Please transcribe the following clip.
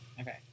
Okay